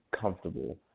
comfortable